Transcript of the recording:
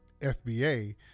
FBA